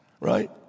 right